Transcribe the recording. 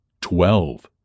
Twelve